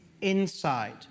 inside